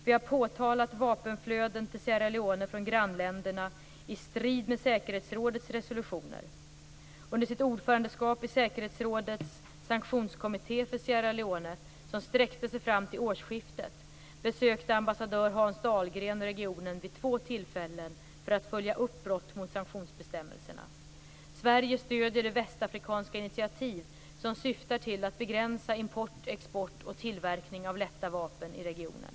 Vi har påtalat vapenflöden till Sierra Leone från grannländerna i strid med säkerhetsrådets resolutioner. Under sitt ordförandeskap i säkerhetsrådets sanktionskommittée för Sierra Leone, som sträckte sig fram till årsskiftet, besökte ambassadör Hans Dahlgren regionen vid två tillfällen för att följa upp brott mot sanktionsbestämmelserna. Sverige stöder det västafrikanska initiativ som syftar till att begränsa import, export och tillverkning av lätta vapen i regionen.